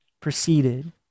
proceeded